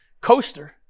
coaster